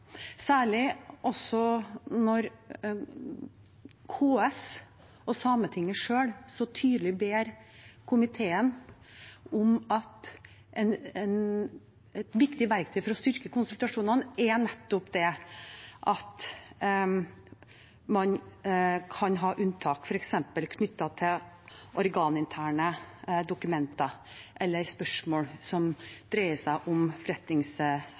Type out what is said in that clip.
Særlig når KS og Sametinget selv så tydelig sier til komiteen at et viktig verktøy for å styrke konsultasjonene er nettopp det at man kan ha unntak, f.eks. knyttet til organinterne dokumenter eller spørsmål som dreier seg om